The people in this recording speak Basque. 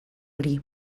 hori